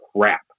crap